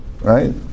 right